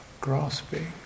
grasping